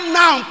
now